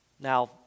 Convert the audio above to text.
Now